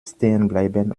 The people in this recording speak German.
stehenbleiben